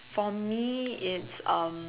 for me it's um